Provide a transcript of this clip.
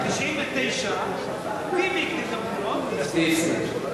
ב-1999 ביבי הקדים את הבחירות והפסיד.